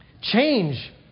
Change